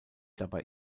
dabei